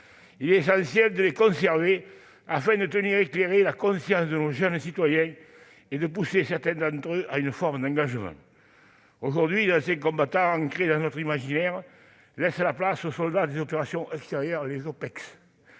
Il est essentiel de les conserver afin de tenir éclairée la conscience de nos jeunes citoyens et de pousser certains d'entre eux à une forme d'engagement. Aujourd'hui, les anciens combattants ancrés dans notre imaginaire laissent la place aux soldats des opérations extérieures. Plus de